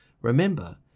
Remember